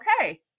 okay